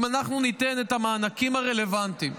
אם אנחנו ניתן את המענקים הרלוונטיים,